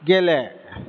गेले